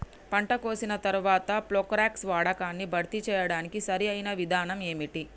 పంట కోసిన తర్వాత ప్రోక్లోరాక్స్ వాడకాన్ని భర్తీ చేయడానికి సరియైన విధానం ఏమిటి?